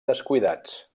descuidats